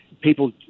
people